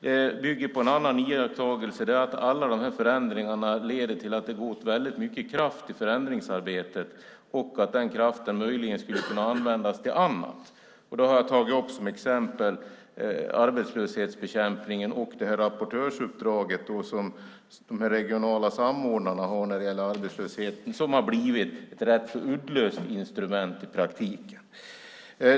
Den bygger också på en annan iakttagelse: att alla de här förändringarna leder till att det går åt väldigt mycket kraft i förändringsarbetet och att den kraften möjligen skulle kunna användas till annat. Jag har som exempel tagit upp arbetslöshetsbekämpningen och rapportörsuppdraget som de regionala samordnarna har när det gäller arbetslösheten. Det har blivit ett rätt upplöst instrument i praktiken.